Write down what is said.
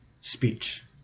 speech